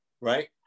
right